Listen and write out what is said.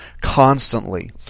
constantly